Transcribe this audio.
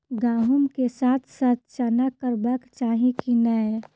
गहुम केँ साथ साथ चना करबाक चाहि की नै?